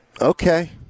Okay